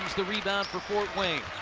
the rebound for fort wayne.